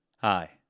Hi